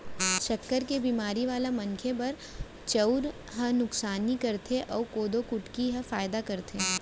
सक्कर के बेमारी वाला मनखे बर चउर ह नुकसानी करथे अउ कोदो कुटकी ह फायदा करथे